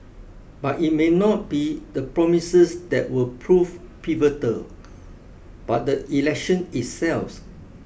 but it may not be the promises that will prove pivotal but the election itself